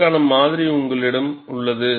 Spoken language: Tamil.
அதற்கான மாதிரி உங்களிடம் உள்ளது